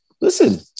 listen